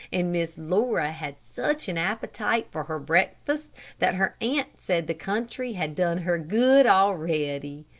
and miss laura had such an appetite for her breakfast that her aunt said the country had done her good already.